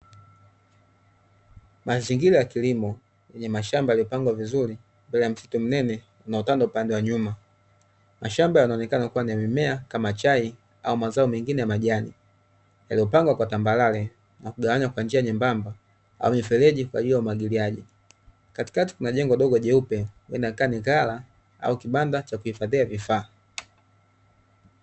Mazingira ya kilimo yenye mashamba yaliyo pangwa vizuri mbele ya msitu mnene unaotanda upande ya nyuma, mashamba yanaonekama kuwa ni ya mimea kama chai au mazao mengine ya majani yaliyopangwa kwa tambarare na kugawanywa kwa njia nyembamba au mifereji kwa ajili ya umwagiliaji katikati kuna jengo dogo jeupe kama ghala ama kibanda cha kuhifadhia vifaa.